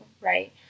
right